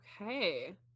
Okay